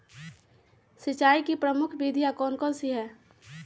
सिंचाई की प्रमुख विधियां कौन कौन सी है?